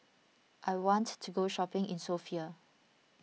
I want to go shopping in Sofia